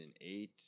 eight